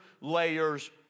layers